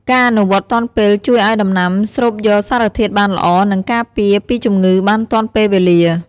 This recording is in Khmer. ការអនុវត្តទាន់ពេលជួយឱ្យដំណាំស្រូបយកសារធាតុបានល្អ និងការពារពីជំងឺបានទាន់ពេលវេលា។